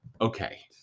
Okay